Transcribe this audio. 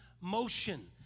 motion